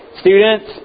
students